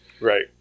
right